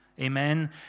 amen